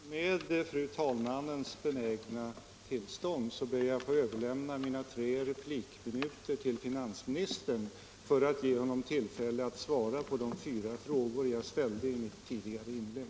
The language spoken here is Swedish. Fru talman! Med fru talmannens benägna tillstånd ber jag att få överlämna mina tre replik minuter till finansministern för att ge honom tillfälle att svara på de fyra frågor jag ställde i mitt tidigare inlägg.